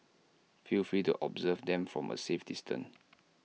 feel free to observe them from A safe distance